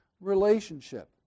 relationship